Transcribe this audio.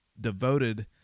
devoted